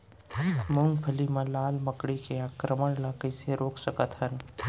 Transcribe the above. मूंगफली मा लाल मकड़ी के आक्रमण ला कइसे रोक सकत हन?